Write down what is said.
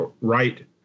right